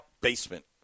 basement